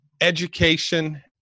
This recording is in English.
education